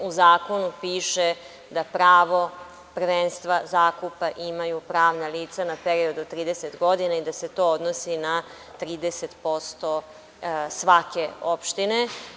U zakonu piše da pravo prvenstva zakupa imaju pravna lica na period od 30 godina i da se to odnosi na 30% svake opštine.